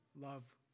love